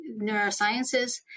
Neurosciences